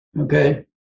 okay